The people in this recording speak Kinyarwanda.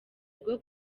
rwo